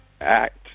act